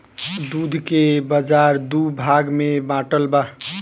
दूध के बाजार दू भाग में बाटल बा